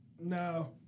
No